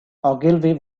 ogilvy